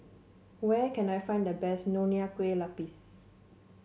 where can I find the best Nonya Kueh Lapis